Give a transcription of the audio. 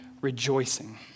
rejoicing